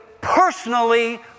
personally